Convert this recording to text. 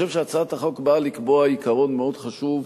אני חושב שהצעת החוק באה לקבוע עיקרון מאוד חשוב,